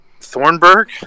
Thornburg